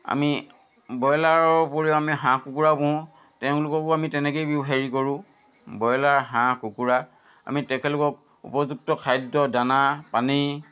আমি বইলাৰৰ উপৰিও আমি হাঁহ কুকুৰা পুহোঁ তেওঁলোককো আমি তেনেকৈয়ে হেৰি কৰোঁ বইলাৰ হাঁহ কুকুৰা আমি তেখেতলোকক উপযুক্ত খাদ্য দানা পানী